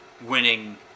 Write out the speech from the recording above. winning